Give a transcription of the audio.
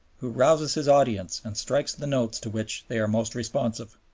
who rouses his audience and strikes the notes to which they are most responsive.